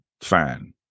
fan